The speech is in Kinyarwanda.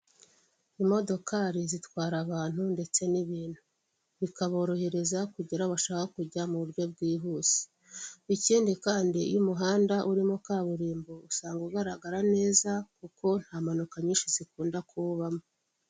Imodokari zitwara abantu ndetse n'ibintu, bikaborohereza kugera aho bashaka kujya mu buryo bwihuse ikindi kandi iyo umuhanda urimo kaburimbo usanga ugaragara neza, kuko nta mpanuka nyinshi zikunda kuwubamo.